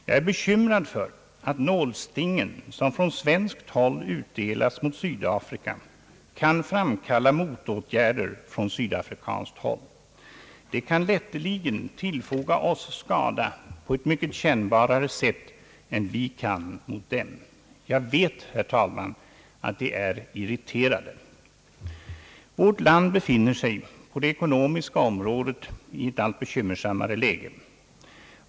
Jag är bekymrad för att nålstingen som från svenskt håll utdelas mot Sydafrika kan framkalla motåtgärder från sydafrikanskt håll. Sydafrikanerna kan lätteligen tillfoga oss skada på ett mycket kännbarare sätt än vi dem. Jag vet, herr talman, att stämningen i Sydafrika är irriterad. Vårt land befinner sig på det ekonomiska området i ett allt bekymmersammare läge.